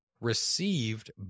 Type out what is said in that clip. received